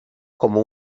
como